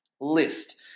List